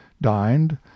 dined